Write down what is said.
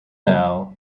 now